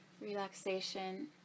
relaxation